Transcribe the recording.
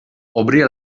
obria